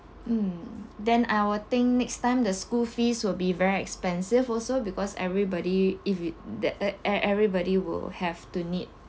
um then I will think next time the school fees will be very expensive also because everybody if it that that ev~ everybody will have to need